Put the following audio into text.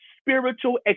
spiritual